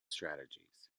strategies